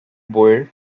boer